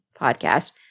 podcast